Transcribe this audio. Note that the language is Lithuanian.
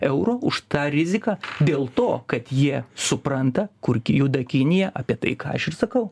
eur už tą riziką dėl to kad jie supranta kur juda kinija apie tai ką aš ir sakau